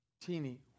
teeny